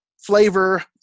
flavor